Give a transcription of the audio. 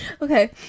Okay